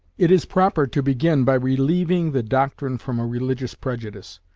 it is proper to begin by relieving the doctrine from a religious prejudice.